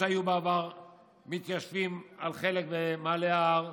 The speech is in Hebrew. שהיו בעבר מתיישבות על חלק במעלה ההר,